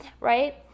right